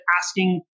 asking